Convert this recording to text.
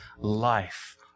life